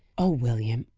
oh, william,